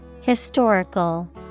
Historical